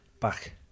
back